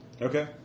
Okay